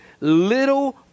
little